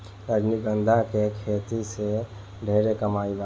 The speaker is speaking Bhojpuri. रजनीगंधा के खेती से ढेरे कमाई बा